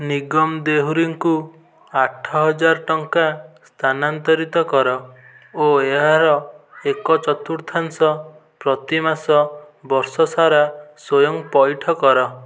ନିଗମ ଦେହୁରୀଙ୍କୁ ଆଠ ହଜାର ଟଙ୍କା ସ୍ଥାନାନ୍ତରିତ କର ଓ ଏହାର ଏକ ଚତୁର୍ଥାଂଶ ପ୍ରତିମାସ ବର୍ଷ ସାରା ସ୍ଵୟଂ ପଇଠ କର